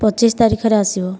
ପଚିଶ ତାରିଖରେ ଆସିବ